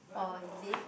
oh is it